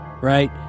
right